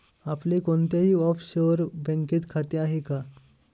आपले कोणत्याही ऑफशोअर बँकेत खाते आहे का?